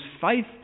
faith